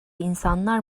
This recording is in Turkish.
insanlar